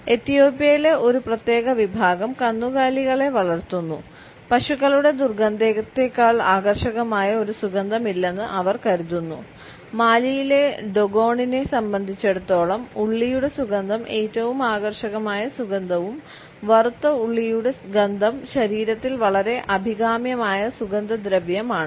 എത്യോപ്യയിലെ ഒരു പ്രത്യേക വിഭാഗം കന്നുകാലികളെ വളർത്തുന്നു പശുക്കളുടെ ദുർഗന്ധത്തേക്കാൾ ആകർഷകമായ ഒരു സുഗന്ധമില്ലെന്ന് അവർ കരുതുന്നു മാലിയിലെ ഡോഗോണിനെ സംബന്ധിച്ചിടത്തോളം ഉള്ളിയുടെ സുഗന്ധം ഏറ്റവും ആകർഷകമായ സുഗന്ധവും വറുത്ത ഉള്ളിയുടെ ഗന്ധവും ശരീരത്തിൽ വളരെ അഭികാമ്യമായ സുഗന്ധദ്രവ്യമാണ്